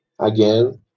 again